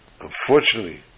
unfortunately